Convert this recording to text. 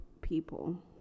people